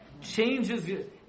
changes